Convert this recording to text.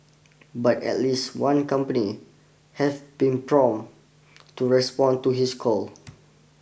but at least one company have been prompt to respond to his call